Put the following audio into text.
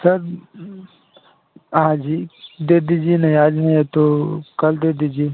sir आज ही दे दीजिए नहीं आज नहीं है तो कल दे दीजिए